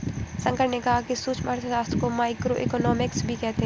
शंकर ने कहा कि सूक्ष्म अर्थशास्त्र को माइक्रोइकॉनॉमिक्स भी कहते हैं